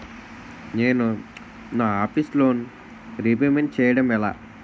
నేను నా office loan repayment చేయడం ఎలా?